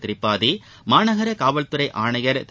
திரிபாதி மாநகர காவல்துறை ஆணையர் திரு